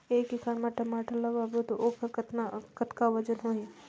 एक एकड़ म टमाटर लगाबो तो ओकर कतका वजन होही ग?